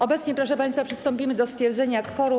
Obecnie, proszę państwa, przystąpimy do stwierdzenia kworum.